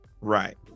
right